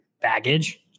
baggage